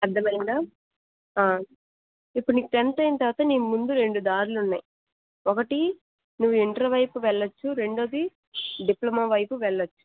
అర్థమైందా ఇప్పుడు నీకు టెన్త్ అయిన తర్వాత నీ ముందు రెండు దారులు ఉన్నాయి ఒకటి నువ్వు ఇంటర్ వైపు వెళ్ళవచ్చు రెండోది డిప్లమా వైపు వెళ్ళవచ్చు